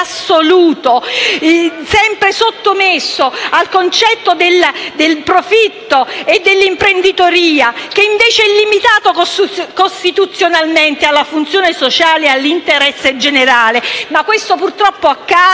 assoluto, sempre sottomesso al concetto del profitto e dell'imprenditoria, che invece è limitato costituzionalmente alla funzione sociale e all'interesse generale. Ma questo purtroppo accade